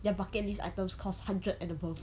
their bucket list items cost hundred and above